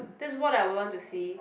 that's what I would want to see